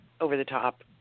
over-the-top